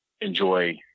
enjoy